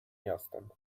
miastem